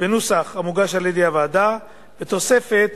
בנוסח המוגש על-ידי הוועדה, בתוספת